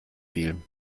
viel